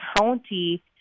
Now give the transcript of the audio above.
county